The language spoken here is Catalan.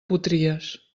potries